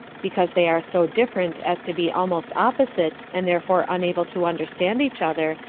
because they are so different as to be almost opposites, and therefore unable to understand each other,